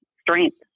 strength